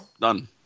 Done